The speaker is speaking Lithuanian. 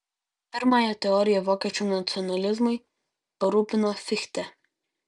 pirmąją teoriją vokiečių nacionalizmui parūpino fichte